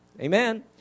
amen